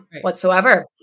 whatsoever